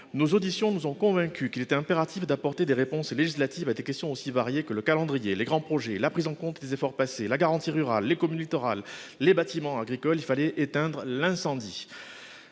Nos auditions nous ont convaincus qu'il était impératif d'apporter des réponses législatives à des questions aussi variées que celles qui portent sur le calendrier, les grands projets, la prise en compte des efforts passés, la garantie rurale, les communes littorales, les bâtiments agricoles ... Il fallait éteindre l'incendie.